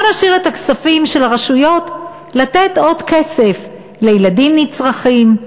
כדי לתת עוד כסף לילדים נצרכים,